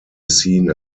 seen